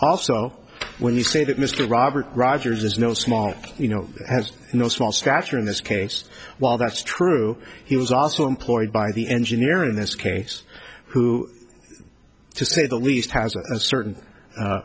also when you say that mr robert rogers is no small you know has no small stature in this case while that's true he was also employed by the engineer in this case who to say the least has a certain